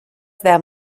them